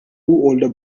older